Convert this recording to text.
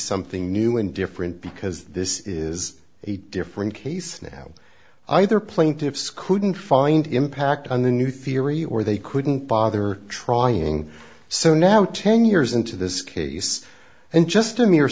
something new and different because this is a different case now either plaintiffs couldn't find impact on the new theory or they couldn't bother trying so now ten years into this case and just a me